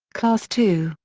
class two,